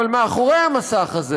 אבל מאחורי המסך הזה